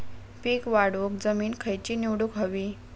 पीक वाढवूक जमीन खैची निवडुक हवी?